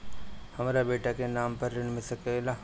हमरा बेटा के नाम पर ऋण मिल सकेला?